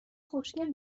خوشکل